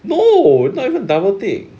no not even double tick